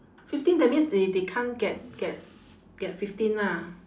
fifteen that means they they can't get get get fifteen lah